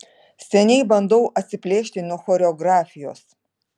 seniai bandau atsiplėšti nuo choreografijos